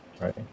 right